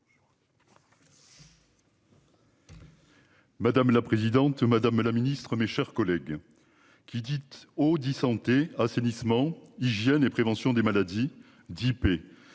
Madame la présidente, madame la ministre, mes chers collègues. Qui dites oh santé assainissement hygiène et prévention des maladies d'et du